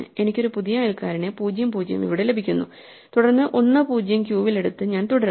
എനിക്ക് ഒരു പുതിയ അയൽക്കാരനെ 0 0 ഇവിടെ ലഭിക്കുന്നു തുടർന്ന് 10 ക്യൂവിൽ എടുത്ത് ഞാൻ തുടരുന്നു